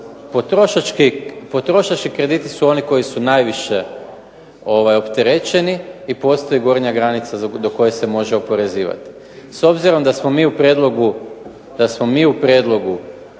Potrošački krediti su oni koji su najviše opterećeni i postoji gornja granica do koje se može oporezivati. S obzirom da smo mi u prijedlogu